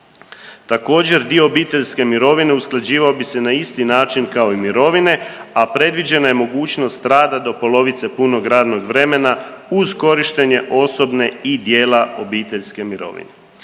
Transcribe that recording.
Također dio obiteljske mirovine usklađivao bi se na isti način kao i mirovine, a predviđena je mogućnost rada do polovice punog radnog vremena uz korištenje osobne i dijela obiteljske mirovine.